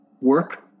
work